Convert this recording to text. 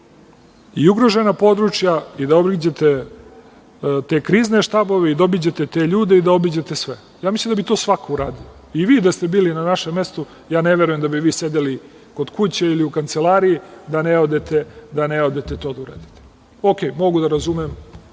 i ugrožena područja, da obiđete te krizne štabove, da obiđete te ljude, da obiđete sve. Mislim da bi to svako uradio. I vi da ste bili na našem mestu, ne verujem da bi vi sedeli kod kuće ili u kancelariji, a da ne odete to da uradite. Ok, mogu da razumem,